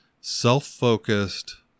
self-focused